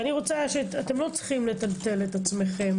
אתם לא צריכים לטלטל את עצמכם